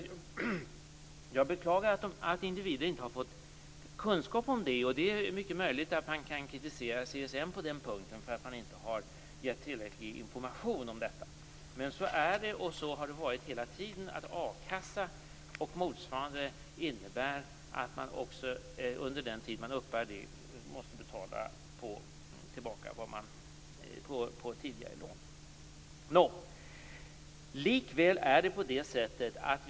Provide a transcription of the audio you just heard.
Jag beklagar som sagt att individer inte har fått kunskap om detta. Det är mycket möjligt att man kan kritisera CSN för att man inte har gett tillräcklig information om detta. Men så är det, och så har det varit hela tiden: A-kassa och motsvarande innebär att man också under den tid man uppbär det måste betala tillbaka på tidigare lån.